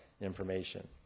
information